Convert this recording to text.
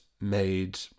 made